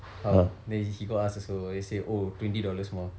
how then he he go ask also they say oh twenty dollars more